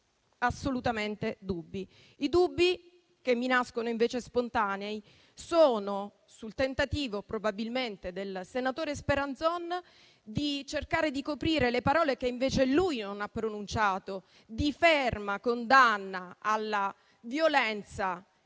assolutamente dubbi. I dubbi che mi nascono invece spontanei riguardano il probabile tentativo del senatore Speranzon di cercare di coprire le parole che lui, piuttosto, non ha pronunciato di ferma condanna alla violenza